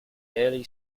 early